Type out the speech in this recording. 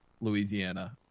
louisiana